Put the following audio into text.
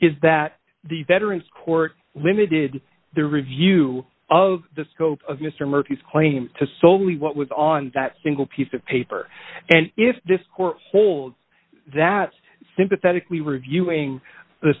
is that the veterans court limited their review of the scope of mr murphy's claim to solely what was on that single piece of paper and if this court holds that sympathetically reviewing the